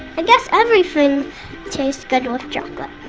i guess everything tastes good with chocolate.